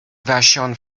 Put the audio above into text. vashon